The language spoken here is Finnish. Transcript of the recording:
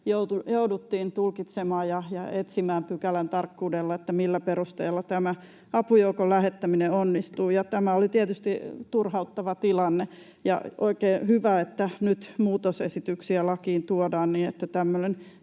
jouduttiin tulkitsemaan ja jouduttiin etsimään pykälän tarkkuudella, millä perusteella tämä apujoukon lähettäminen onnistuu, ja tämä oli tietysti turhauttava tilanne. On oikein hyvä, että nyt muutosesityksiä lakiin tuodaan, niin että tämmöinen